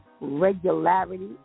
regularity